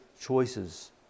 choices